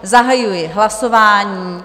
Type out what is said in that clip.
Zahajuji hlasování.